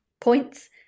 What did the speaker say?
points